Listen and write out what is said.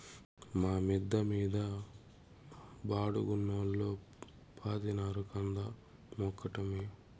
మా మిద్ద మీద బాడుగకున్నోల్లు పాతినారు కంద మొక్కటమ్మీ